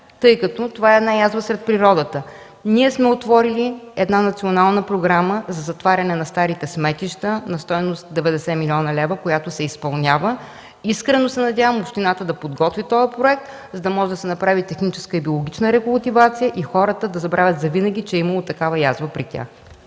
тъй като това е място сред природата. Ние сме отворили една национална програма за затваряне на старите сметища на стойност 90 млн. лв., която се изпълнява. Искрено се надявам общината да подготви този проект, за да може да се направи техническа и биологична рекултивация и хората да забравят завинаги, че е имало такава язва при тях.